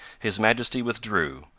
his majesty withdrew,